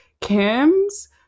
kim's